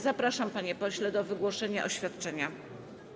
Zapraszam, panie pośle, do wygłoszenia oświadczenia.